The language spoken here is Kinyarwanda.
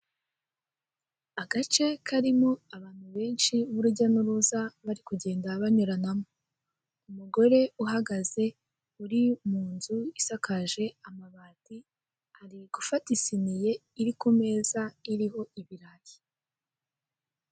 Agace karimo abantu benshi b'irujya n'iruza, bari kugenda banyuranamo. Umugore uhagaze, uri mu nzu isakaje amabati, ari gufata isiniye iri ku meza, iriho ibirayi.